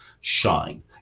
shine